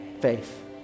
Faith